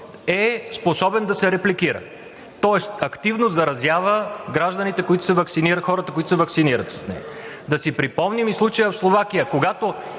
е способен да се репликира, тоест активно заразява хората, които се ваксинират с нея. Да си припомним и случая в Словакия, когато